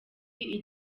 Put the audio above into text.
igihe